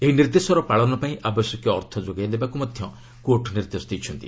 ଏହି ନିର୍ଦ୍ଦେଶର ପାଳନ ପାଇଁ ଆବଶ୍ୟକୀୟ ଅର୍ଥ ଯୋଗାଇ ଦେବାକୁ ମଧ୍ୟ କୋର୍ଟ୍ ନିର୍ଦ୍ଦେଶ ଦେଇଛନ୍ତି